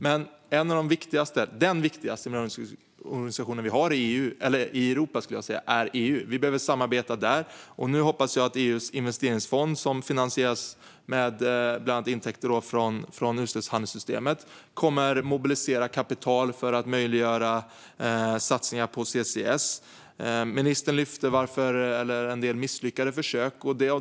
Jag brukar säga att den viktigaste miljöorganisation som vi har i Europa är EU. Vi behöver samarbeta där, och nu hoppas jag att EU:s investeringsfond, som finansieras med bland annat intäkter från utsläppshandelssystemet, kommer att mobilisera kapital för att möjliggöra satsningar på CCS. Ministern lyfte fram en del misslyckade försök.